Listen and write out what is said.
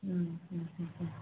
ഉം ഉം ഉം ഉം